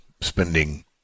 spending